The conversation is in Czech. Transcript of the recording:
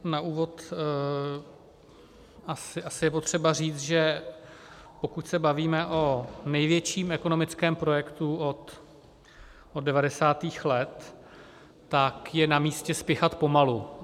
Na úvod asi je potřeba říct, že pokud se bavíme o největším ekonomickém projektu od devadesátých let, tak je namístě spěchat pomalu.